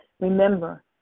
Remember